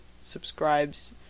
subscribes